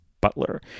butler